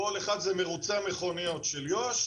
כל אחד זה מרוצי המכוניות של יו"ש,